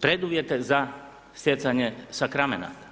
preduvjete za stjecanje sakramenata.